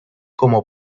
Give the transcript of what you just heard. como